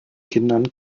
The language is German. kindern